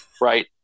Right